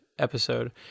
episode